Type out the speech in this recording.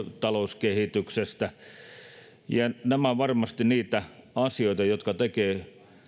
talouskehityksestä ja nämä ovat varmasti niitä asioita jotka tekevät